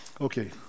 Okay